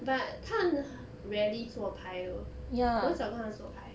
but 他很 rarely 做牌 oh 我很少看他做牌